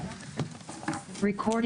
הישיבה ננעלה בשעה 14:30. ;